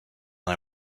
and